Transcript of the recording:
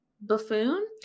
buffoon